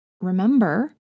remember